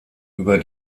über